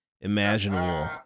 imaginable